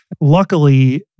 Luckily